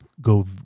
go